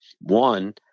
one